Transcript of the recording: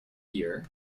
year